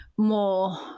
more